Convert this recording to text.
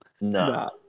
No